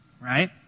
right